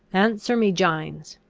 answer me, gines,